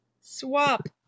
Swap